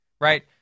right